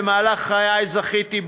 במהלך חיי זכיתי,